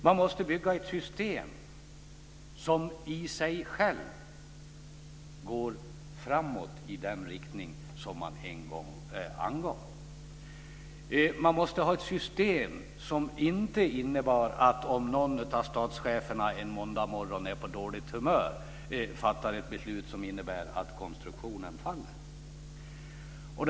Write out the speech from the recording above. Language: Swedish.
Man måste bygga ett system som i sig självt gick framåt i den riktning som man en gång angav. Man måste ha ett system som såg till att konstruktionen inte föll på grund av ett beslut som någon av statscheferna fattade en måndagsmorgon när han var på dåligt humör.